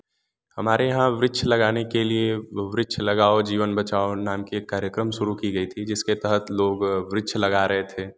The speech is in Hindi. हमारे यहाँ वृक्ष लगाने के लिए वृक्ष लगाओ जीवन बचाओ नाम की एक कार्यक्रम शुरू की गई थी जिसके तहत लोग वृक्ष लगा रहे थे